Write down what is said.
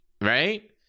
right